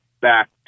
back